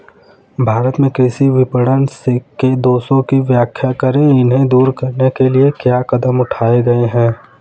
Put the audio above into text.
भारत में कृषि विपणन के दोषों की व्याख्या करें इन्हें दूर करने के लिए क्या कदम उठाए गए हैं?